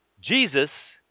Jesus